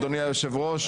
אדוני היושב ראש,